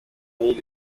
y’iri